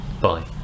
Bye